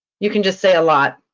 you can just say a lot.